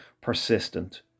persistent